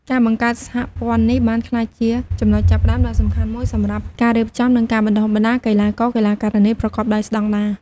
ការបង្កើតសហព័ន្ធនេះបានក្លាយជាចំណុចចាប់ផ្តើមដ៏សំខាន់មួយសម្រាប់ការរៀបចំ និងការបណ្តុះបណ្តាលកីឡាករ-កីឡាការិនីប្រកបដោយស្តង់ដារ។